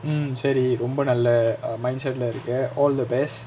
mm சரி ரொம்ப நல்ல:sari romba nalla ah mindset leh இருக்க:irukka all the best